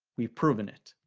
we've proven it.